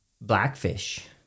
blackfish